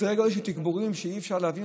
אלה סדרי גודל של תגבורים שאי-אפשר להבין